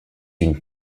une